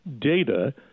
data